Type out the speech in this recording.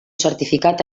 certificat